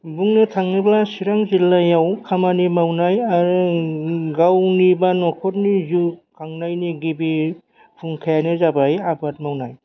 बुंनो थाङोब्ला चिरां जिल्लायाव खामानि मावनाय आरो गावनि एबा न'खरनि जिउ खांनायनि गिबि फुंखायानो जाबाय आबाद मावनाय